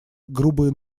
грубые